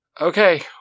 Okay